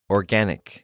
Organic